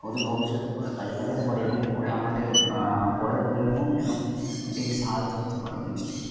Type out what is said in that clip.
অদূর ভবিষ্যতে পরে কাজে লাগাতে পারে এবং পরে আমাদের পরের প্রজন্মও যেন এটি সাহায্য হতে পারে জিনিসটায়